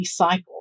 recycle